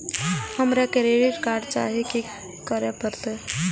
हमरा credit card चाही की करे परतै?